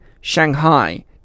Shanghai